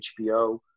HBO